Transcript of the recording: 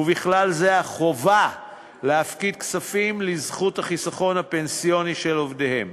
ובכלל זה החובה להפקיד כספים לזכות החיסכון הפנסיוני של עובדיהם.